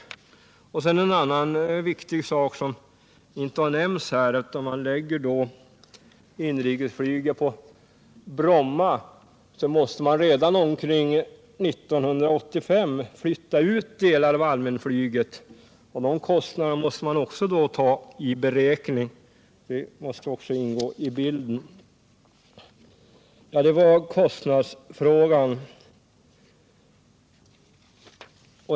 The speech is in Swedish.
Jag vill slutligen ta upp ytterligare en sak när det gäller kostnadsfrågorna som inte har nämnts här tidigare. Om man förlägger inrikesflyget till Bromma måste man redan omkring år 1985 flytta ut delar av allmänflyget. Kostnaderna för detta måste också tas med i beräkningen.